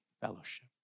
fellowship